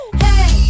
hey